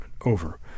Over